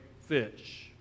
fish